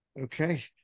Okay